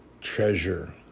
treasure